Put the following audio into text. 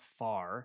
far